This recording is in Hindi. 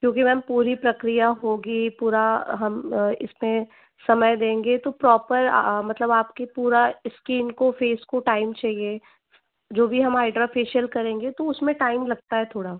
क्योंकि मैम पूरी प्रक्रिया होगी पूरा हम इसमें समय देंगे तो प्रॉपर मतलब आपकी पूरा स्किन को फ़ेस को टाइम चाहिए जो भी हम हाइड्रा फ़ेशिअल करेंगे तो उसमें टाइम लगता है थोड़ा